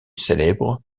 célèbre